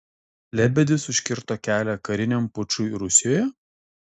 lebedis užkirto kelią kariniam pučui rusijoje